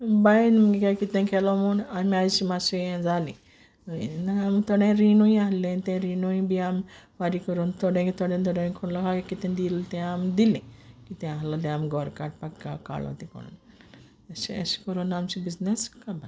बायेन म्हुगे कितें केलो म्हूण आमी आयज मातशे हें जालीं ना आमक थोडें रिणूय आहलें तें रिणूय बी आम फारी कोरून थोडें थोडें कोन्न कीत दील तें आम दिलें कीत आहलो तें आम घोर काडपा काडलो तेदोना अेश कोरून आमचें बिजनस